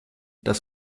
dass